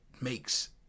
makes